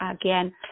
again